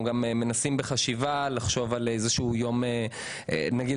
אנחנו מנסים לחשוב על איזשהו יום -- נגיד